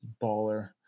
baller